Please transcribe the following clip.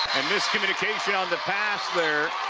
miscommunication on the pass there.